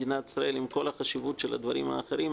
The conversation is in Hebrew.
מדינת ישראל עם כל החשיבות של הדברים האחרים,